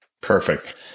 Perfect